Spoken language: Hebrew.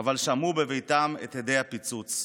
אבל שמעו בביתם את הדי הפיצוץ,